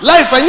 Life